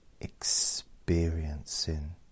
experiencing